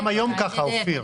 גם היום ככה, אופיר.